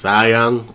Sayang